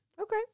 Okay